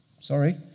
Sorry